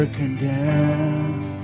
condemned